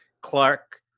Clark